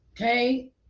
okay